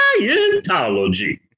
Scientology